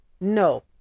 no